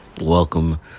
Welcome